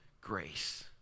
grace